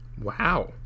Wow